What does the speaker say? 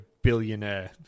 billionaire